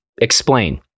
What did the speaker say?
Explain